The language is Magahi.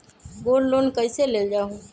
गोल्ड लोन कईसे लेल जाहु?